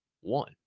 one